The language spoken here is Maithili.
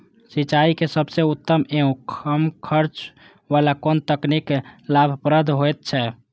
सिंचाई के सबसे उत्तम एवं कम खर्च वाला कोन तकनीक लाभप्रद होयत छै?